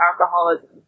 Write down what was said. alcoholism